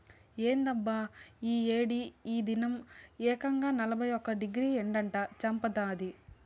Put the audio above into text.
ఏందబ్బా ఈ ఏడి ఈ దినం ఏకంగా నలభై ఒక్క డిగ్రీ ఎండట చంపతాంది